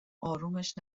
آرومش